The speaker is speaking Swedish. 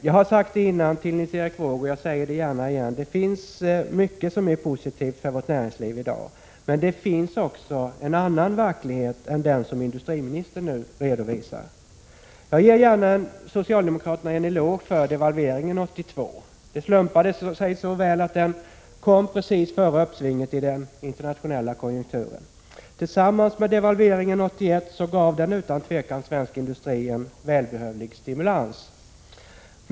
Jag har sagt tidigare till Nils Erik Wååg, och jag säger det igen: Det finns mycket som är positivt för vårt näringsliv i dag. Men det finns också en annan verklighet än den som industriministern nu redovisar. Jag ger gärna socialdemokraterna en eloge för devalveringen 1982. Det slumpade sig så väl att den kom precis före uppsvinget i den internationella konjunkturen. Tillsammans med devalveringen 1981 gav den utan tvivel svensk industri en välbehövlig stimulans.